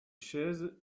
chaises